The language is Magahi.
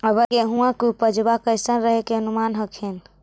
अबर गेहुमा के उपजबा कैसन रहे के अनुमान हखिन?